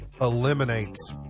eliminates